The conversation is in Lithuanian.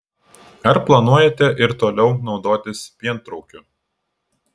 ar planuojate ir toliau naudotis pientraukiu